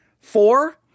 four